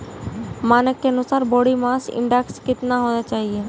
मानक के अनुसार बॉडी मास इंडेक्स कितना होना चाहिए?